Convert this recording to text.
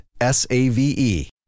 S-A-V-E